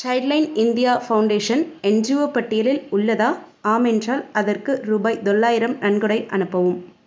child line India foundation NGO பட்டியலில் உள்ளதா ஆம் என்றால் அதற்கு ரூபாய் தொள்ளாயிரம் நன்கொடை அனுப்பவும்